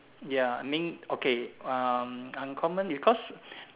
ya I mean okay uh uncommon because